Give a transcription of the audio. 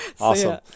awesome